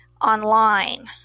online